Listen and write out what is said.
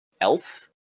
Elf